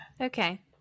Okay